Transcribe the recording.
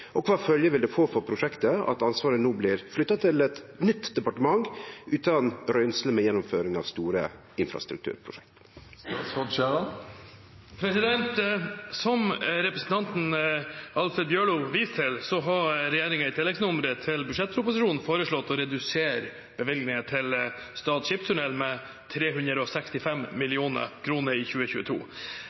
vil det få for prosjektet at ansvaret no blir flytta til eit departement utan røynsle med gjennomføring av store infrastrukturprosjekt?» Som representanten Alfred Jens Bjørlo viser til, har regjeringen i tilleggsnummeret til budsjettproposisjonen foreslått å redusere bevilgningen til Stad skipstunnel med 365 mill. kr i 2022.